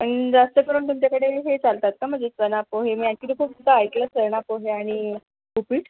पण जास्त करून तुमच्याकडे हे चालतात का म्हणजे चणा पोहे मी ॲक्चुअल्ली खूपदा ऐकलं चणा पोहे आणि उपीट